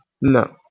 no